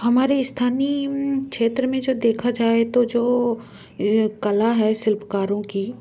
हमारे स्थानीय क्षेत्र में जो देखा जाए तो जो कला है शिल्पकारों की